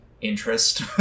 interest